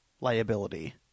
liability